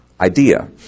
idea